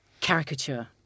caricature